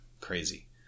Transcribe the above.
Crazy